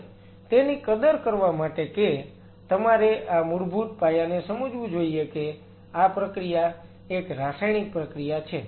અને તેની કદર કરવા માટે કે તમારે આ મૂળભૂત પાયાને સમજવું જોઈએ કે આ પ્રક્રિયા એક રાસાયણિક પ્રક્રિયા છે